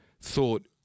thought